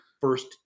first